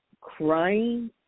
crying